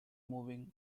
moving